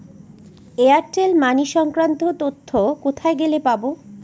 Airtel money সংক্রান্ত তথ্য কোথায় গেলে পাব?